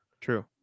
True